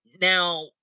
now